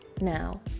Now